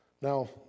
Now